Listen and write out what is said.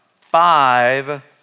five